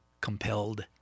compelled